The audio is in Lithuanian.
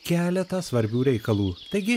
keletą svarbių reikalų taigi